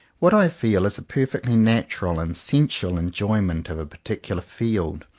what i feel is a perfectly natural and sensual enjoyment of a particular field,